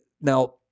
now